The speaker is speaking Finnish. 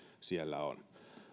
siellä on